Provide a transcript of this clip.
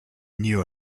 new